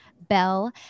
bell